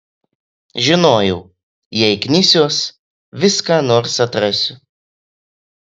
žinojau jei knisiuos vis ką nors atrasiu